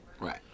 Right